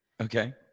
Okay